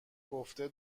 گفته